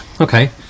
okay